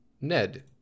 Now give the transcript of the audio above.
Ned